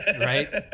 Right